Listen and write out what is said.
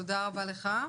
תודה רבה לך.